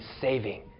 saving